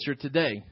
today